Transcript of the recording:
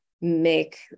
make